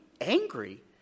angry